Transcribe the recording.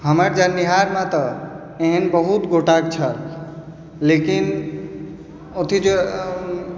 हमर जननिहारमे तऽ एहन बहुत गोटा छल लेकिन अथि जे